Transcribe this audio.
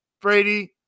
Brady